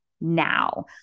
now